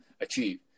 achieve